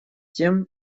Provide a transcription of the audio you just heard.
тем